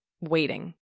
waiting